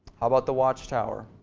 how about the watchtower?